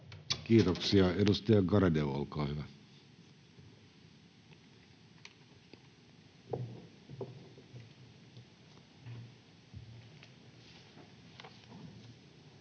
Kiitoksia. — Edustaja Garedew, olkaa hyvä.